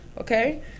Okay